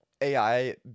ai